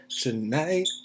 tonight